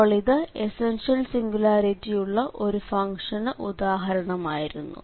അപ്പോൾ ഇത് essential singularity ഉള്ള ഒരു ഫംഗ്ഷനു ഉദാഹരണമായിരുന്നു